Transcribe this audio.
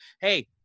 hey